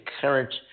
current